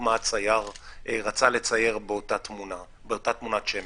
מה הצייר רצה לצייר באותה תמונת שמן.